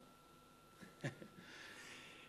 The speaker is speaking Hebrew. בבקשה, אדוני.